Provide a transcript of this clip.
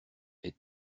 est